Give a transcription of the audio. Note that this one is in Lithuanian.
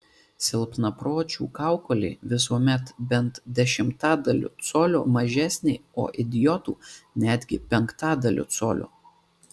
silpnapročių kaukolė visuomet bent dešimtadaliu colio mažesnė o idiotų netgi penktadaliu colio